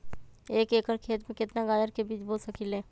एक एकर खेत में केतना गाजर के बीज बो सकीं ले?